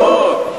ברור.